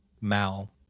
Mal